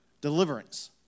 deliverance